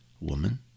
Woman